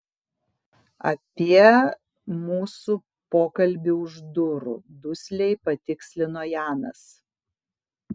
apie mūsų pokalbį už durų dusliai patikslino janas